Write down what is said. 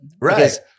Right